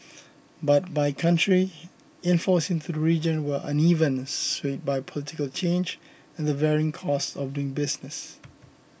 but by country inflows into the region were uneven swayed by political change and the varying costs of doing business